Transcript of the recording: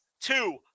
two